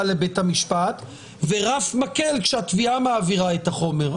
לבית המשפט ורף מקל כשהתביעה מעבירה את החומר?